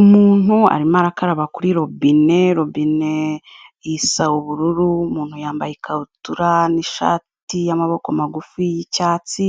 Umuntu arimo arakaraba kuri robine, robine isa ubururu, umuntu yambaye ikabutura n'ishati y'amaboko magufi y'icyatsi,